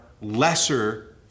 lesser